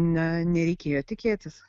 ne nereikėjo tikėtis